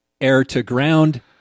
air-to-ground